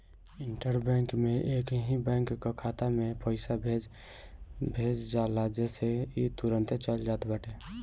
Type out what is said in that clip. inter bank में एकही bank कअ खाता में पईसा भेज जाला जेसे इ तुरंते चल जात बाटे